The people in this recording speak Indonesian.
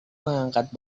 mengangkat